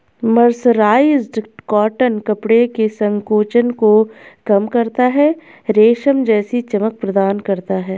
mercerised cotton कपड़े के संकोचन को कम करता है, रेशम जैसी चमक प्रदान करता है